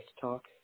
talk